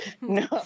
No